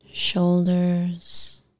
Shoulders